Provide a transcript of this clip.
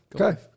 Okay